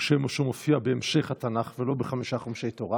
הוא שם שמופיע בהמשך התנ"ך ולא בחמישה חומשי תורה.